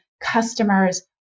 customers